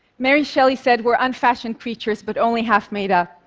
mary shelley said, we are unfashioned creatures, but only half made up.